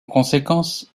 conséquence